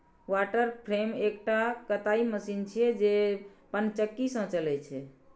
water frame एकटा कताइ machine छियै, जे पनचक्की सं चलै छै